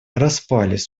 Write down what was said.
распались